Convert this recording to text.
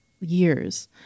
years